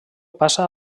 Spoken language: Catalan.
passa